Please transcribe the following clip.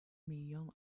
milyon